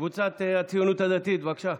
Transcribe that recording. קבוצת הציונות הדתית, בבקשה.